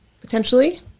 potentially